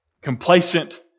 complacent